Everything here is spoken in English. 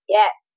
yes